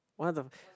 one of them